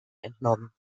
entnommen